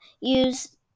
use